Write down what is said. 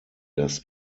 das